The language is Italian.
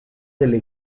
delle